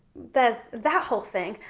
there's that whole thing.